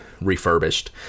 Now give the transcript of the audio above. refurbished